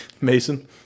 Mason